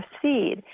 proceed